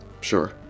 Sure